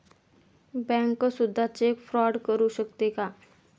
Bank सुद्धा cheque fraud करू शकते का?